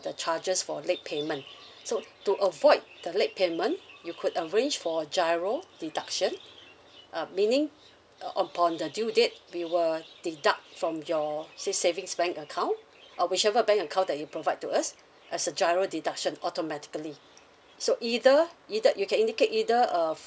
the charges for late payment so to avoid the late payment you could arrange for giro deduction uh meaning upon the due date we will deduct from your say savings bank account uh whichever bank account that you provide to us as a giro deduction automatically so either either you can indicate either uh